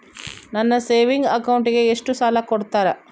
ನನ್ನ ಸೇವಿಂಗ್ ಅಕೌಂಟಿಗೆ ಎಷ್ಟು ಸಾಲ ಕೊಡ್ತಾರ?